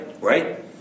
right